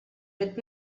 with